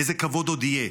איזה כבוד עוד יהיה?